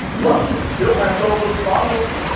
russia still has all those files,